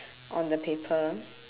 on the paper